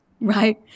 Right